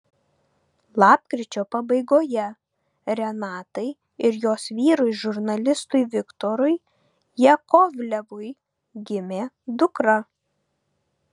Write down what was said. lapkričio pabaigoje renatai ir jos vyrui žurnalistui viktorui jakovlevui gimė dukra